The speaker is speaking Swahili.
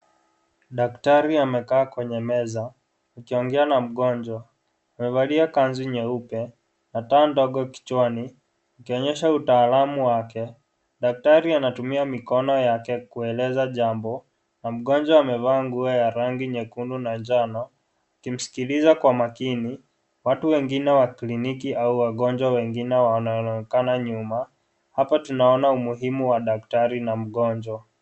Daktari amekaa kwenye meza akiongea na mgonjwa, amevalia kanzu nyeupe, na taa ndogo kichwani, ikionyesha utaalamu wake na daktari anatumia mikono yake kueleza jambo. Na mgonjwa amevaa nguo ya rangi nyekundu na njano, akimskiliza kwa makini. Watu wengine wa kiliniki au wagonjwa wengine, wanaonekana nyuma, hapa tunaona umuhimu wa daktari na mgonjwa.